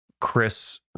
Chris